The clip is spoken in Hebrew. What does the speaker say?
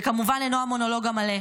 זה כמובן אינו המונולוג המלא,